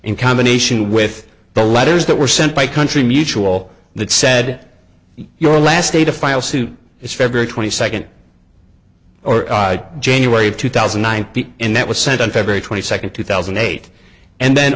in combination with the letters that were sent by country mutual that said your last day to file suit is february twenty second or january of two thousand and nine and that was sent on february twenty second two thousand and eight and then